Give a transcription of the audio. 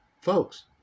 Folks